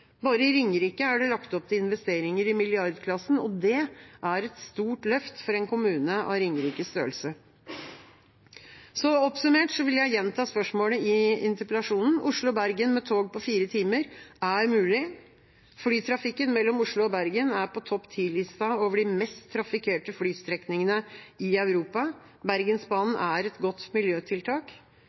Bare i Ringerike er det lagt opp til investeringer i milliardklassen, og det er et stort løft for en kommune av Ringerikes størrelse. Oppsummert vil jeg gjenta spørsmålet i interpellasjonen: Oslo–Bergen med tog på fire timer er mulig. Flytrafikken mellom Oslo og Bergen er på topp 10-lista over de mest trafikkerte flystrekningene i Europa. Bergensbanen er et godt miljøtiltak.